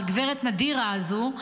על גב' נדירה הזו,